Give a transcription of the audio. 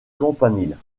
campanile